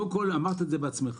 קודם כול, אמרת את זה בעצמך,